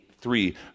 three